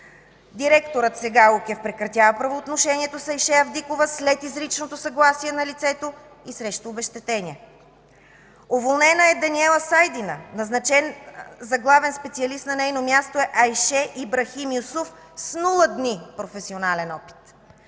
Директорът сега Укев прекратява правоотношението с Айше Авдикова след изричното съгласие на лицето и срещу обезщетение. Уволнена е Даниела Сайдина – назначен за главен специалист на нейно място е Айше Ибрахим Юсуф, с нула дни професионален опит.